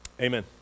amen